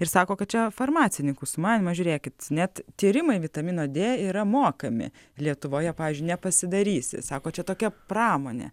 ir sako kad čia farmacininkų sumanymas žiūrėkit net tyrimai vitamino d yra mokami lietuvoje pavyzdžiui nepasidarysi sako čia tokia pramonė